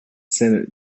senate